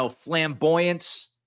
flamboyance